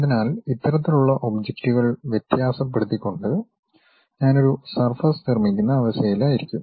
അതിനാൽ ഇത്തരത്തിലുള്ള ഒബ്ജക്റ്റുകൾ വ്യത്യാസപ്പെടുത്തിക്കൊണ്ട് ഞാൻ ഒരു സർഫസ് നിർമ്മിക്കുന്ന അവസ്ഥയിലായിരിക്കും